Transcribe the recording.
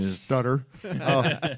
Stutter